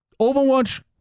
Overwatch